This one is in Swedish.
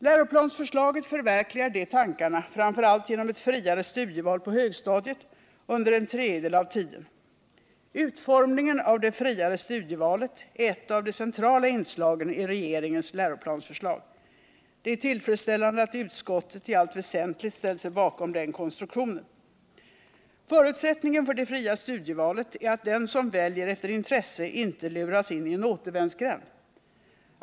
Läroplansförslaget förverkligar de tankarna framför allt genom ett friare studieval på högstadiet under en tredjedel av tiden. Utformningen av det friare studievalet är ett av de centrala inslagen i regeringens läroplansförslag. Det är tillfredsställande att utskottet i allt väsentligt ställt sig bakom den konstruktionen. Förutsättningen för det fria studievalet är att den som väljer efter intresse inte luras in i en återvändsgränd.